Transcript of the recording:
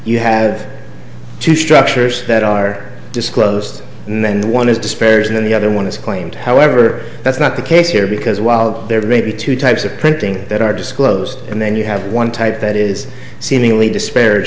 you have two structures that are disclosed and then one is despairs and then the other one is claimed however that's not the case here because while there may be two types of printing that are disclosed and then you have one type that is seemingly dispa